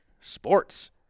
Sports